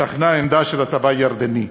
שכנה עמדה של הצבא הירדני.